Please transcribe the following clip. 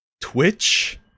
Twitch